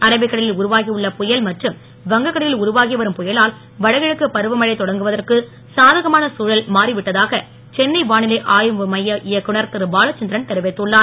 அரபிக்கடலில் உருவாகி உள்ள புயல் மற்றும் வங்ககடலில் உருவாகி வரும் புயலால் வடகிழக்கு பருவமழை தொடங்குவதற்கு சாதகமான தழல் மாறி விட்டதாக சென்னை வானிலை ஆய்வு மைய இயக்குனர் திரு பாலசந்திரன் தெரிவித்துள்ளார்